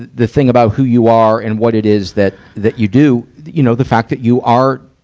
the thing about who you are and what it is that, that you do, you know, the fact that you are,